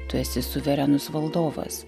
tu esi suverenus valdovas